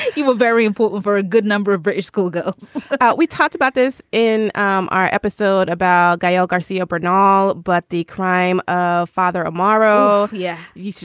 you were very important for a good number of british schoolgirls we talked about this in um our episode about gael garcia bernal, but the crime of father amaro yeah. you.